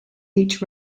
each